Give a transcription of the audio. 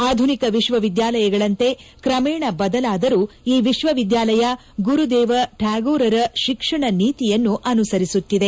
ಆಧುನಿಕ ವಿಶ್ವ ವಿದ್ಯಾಲಯಗಳಂತೆ ಕ್ರಮೇಣ ಬದಲಾದರೂ ಈ ವಿಶ್ವವಿದ್ಯಾಲಯ ಗುರುದೇವ ಟ್ಯಾಗೋರರ ಶಿಕ್ಷಣ ನೀತಿಯನ್ನು ಅನುಸರಿಸುತ್ತಿದೆ